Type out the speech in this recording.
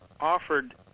offered